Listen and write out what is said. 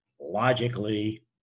Logically